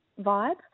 vibe